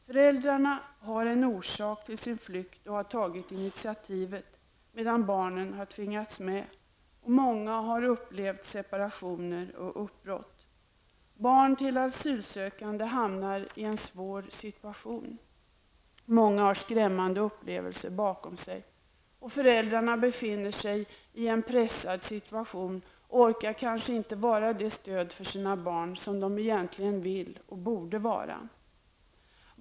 Föräldrarna har en orsak till sin flykt och har tagit initiativet, medan barnen har tvingats med. Många har upplevt separationer och uppbrott. Barn till asylsökande hamnar i en svår situation. Många har skrämmande upplevelser bakom sig. Föräldrarna befinner sig i en pressad situation och orkar kanske inte vara det stöd för sina barn som de egentligen vill och borde vara.